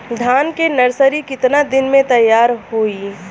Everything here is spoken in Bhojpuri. धान के नर्सरी कितना दिन में तैयार होई?